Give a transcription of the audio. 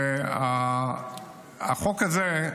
והחוק הזה,